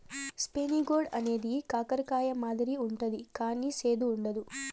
spiny gourd అనేది కాకర కాయ మాదిరి ఉంటది కానీ సేదు ఉండదు